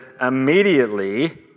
immediately